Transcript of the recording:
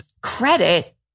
credit